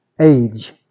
age